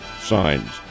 signs